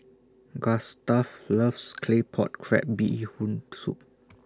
Gustav loves Claypot Crab Bee Hoon Soup